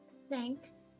Thanks